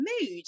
mood